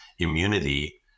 immunity